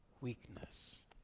weakness